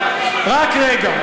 רק רגע.